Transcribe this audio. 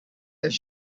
his